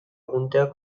apunteak